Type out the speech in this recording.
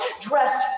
dressed